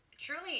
truly